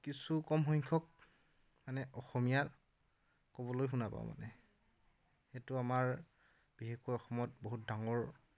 কিছু কম সংখ্যক মানে অসমীয়া ক'বলৈ শুনা পাওঁ মানে সেইটো আমাৰ বিশেষকৈ অসমত বহুত ডাঙৰ